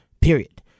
period